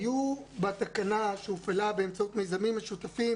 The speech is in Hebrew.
בתקנה שהופעלה באמצעות מיזמים משותפים